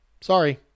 Sorry